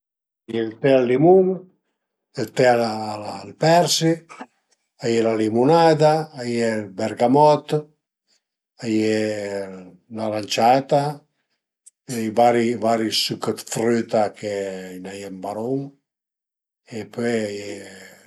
A ie ël te al limun, ël te al persi, a ie la limunada, a ie ël bergamot, a ie l'aranciata, i vari vari süch dë früta e a i n'a ie ën barun e pöi a ie